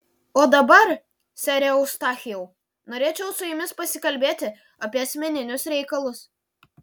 o dabar sere eustachijau norėčiau su jumis pasikalbėti apie asmeninius reikalus